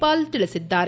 ಪಾಲ್ ತಿಳಿಸಿದ್ದಾರೆ